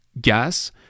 gas